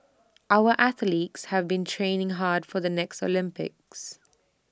our athletes have been training hard for the next Olympics